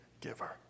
giver